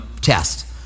test